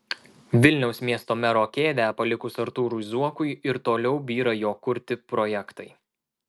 vilniaus miesto mero kėdę palikus artūrui zuokui ir toliau byra jo kurti projektai